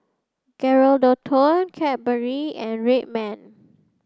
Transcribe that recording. Geraldton Cadbury and Red Man